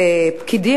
פקידים,